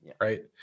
right